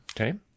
Okay